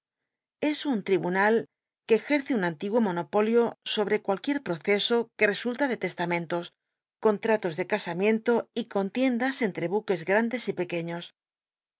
es un tribunal que cjetcc un antiguo monopolio sobre cualquiet proceso que resulta de testamentos contratos de casamiento y contiendas entre buques grandes y pequeños